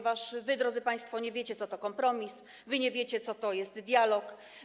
Wy, drodzy państwo, nie wiecie, co to kompromis, nie wiecie, co to jest dialog.